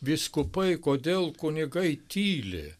vyskupai kodėl kunigai tyli